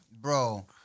Bro